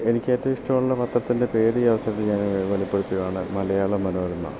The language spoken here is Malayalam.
എനിക്ക് ഏറ്റവും ഇഷ്ടമുള്ള പത്രത്തിൻ്റെ പേര് ഞാൻ ഈ അവസരത്തിൽ ഞാൻ വെളിപ്പെടുത്തുകയാണ് മലയാള മനോരമ